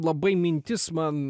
labai mintis man